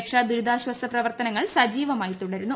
രക്ഷാ ദുരിതാശ്വാസ പ്രവർത്തനങ്ങൾ സജീവമായി തുടരുന്നു